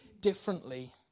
differently